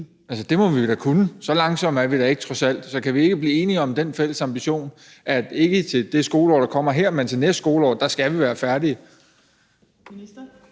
Altså, det må vi da kunne – så langsomme er vi da trods alt ikke. Så kan vi ikke blive enige om den fælles ambition, at vi, ikke til det skoleår, der kommer her, men til næste skoleår skal være færdige?